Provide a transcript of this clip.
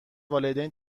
والدین